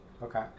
Okay